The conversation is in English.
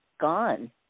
gone